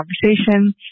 conversation